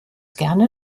gerne